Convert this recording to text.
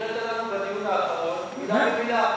שהקראת לנו בדיון האחרון, מילה במילה.